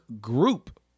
group